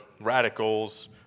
radicals